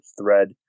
thread